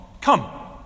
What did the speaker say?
Come